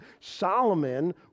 Solomon